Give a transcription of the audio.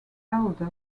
elder